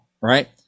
Right